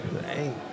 Hey